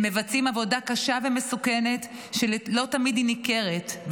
הם מבצעים עבודה קשה ומסוכנת שלא תמיד היא ניכרת,